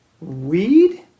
Weed